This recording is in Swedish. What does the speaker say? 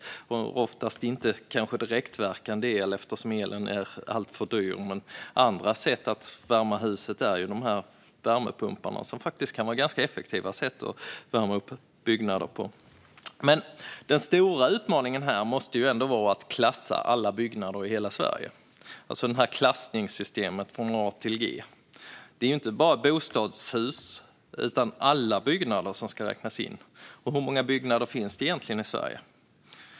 De har oftast inte direktverkande el eftersom elen är alltför dyr. Värmepumpar kan faktiskt vara ganska effektiva sätt att värma upp byggnader på. Den stora utmaningen här måste ändå vara att klassa alla byggnader i hela Sverige, alltså klassningssystemet från A till G. Det är inte bara bostadshus utan alla byggnader som ska räknas in. Hur många byggnader finns det egentligen i Sverige?